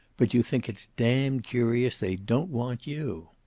but you think it's damned curious they don't want you.